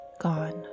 gone